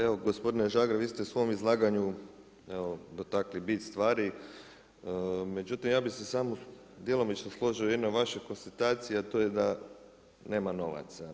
Evo gospodine Žagar vi ste u svom izlaganju dotakli bit stvari, međutim ja bih se samo djelomično složio u jednoj vašoj konstataciji, a to je da nema novaca.